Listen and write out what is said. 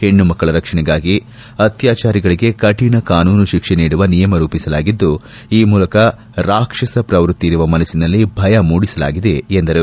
ಹೆಣ್ಣು ಮಕ್ಕಳ ರಕ್ಷಣೆಗಾಗಿ ಅತ್ಯಾಚಾರಿಗಳಿಗೆ ಕಠಿಣ ಕಾನೂನು ಶಿಕ್ಷೆ ನೀಡುವ ನಿಯಮ ರೂಪಿಸಲಾಗಿದ್ದು ಈ ಮೂಲಕ ರಾಕ್ಷಸ ಪ್ರವೃತ್ತಿ ಇರುವ ಮನಸ್ಸಿನಲ್ಲಿ ಭಯ ಮೂಡಿಸಲಾಗಿದೆ ಎಂದರು